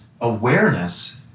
awareness